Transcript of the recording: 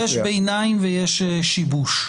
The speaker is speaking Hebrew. יש קריאות ביניים ויש שיבוש.